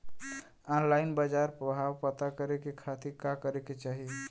Online बाजार भाव पता करे के खाती का करे के चाही?